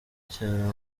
cyane